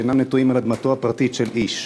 שאינם נטועים על אדמתו הפרטית של איש.